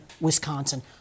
Wisconsin